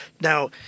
Now